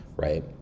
right